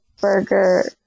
burger